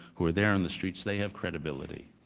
who are there in the streets, they have credibility.